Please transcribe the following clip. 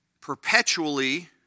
perpetually